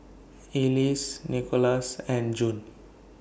Elyse Nickolas and June